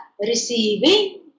receiving